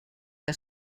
que